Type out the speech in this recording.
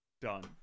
done